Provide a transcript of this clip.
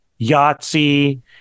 Yahtzee